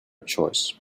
choice